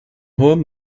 hohem